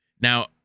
Now